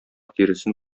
тиресен